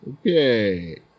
Okay